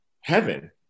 heaven